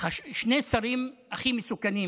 שני השרים הכי מסוכנים,